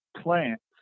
plants